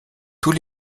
tous